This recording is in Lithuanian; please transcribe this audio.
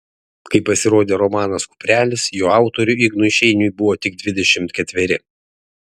kai pasirodė romanas kuprelis jo autoriui ignui šeiniui buvo tik dvidešimt ketveri